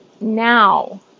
now